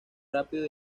rápido